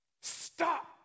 Stop